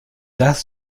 das